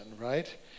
right